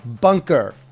bunker